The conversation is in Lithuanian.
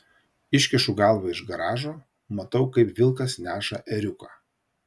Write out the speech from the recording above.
iškišu galvą iš garažo matau kaip vilkas neša ėriuką